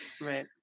Right